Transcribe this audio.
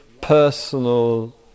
personal